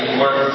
work